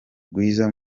rwiza